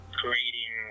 creating